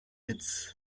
its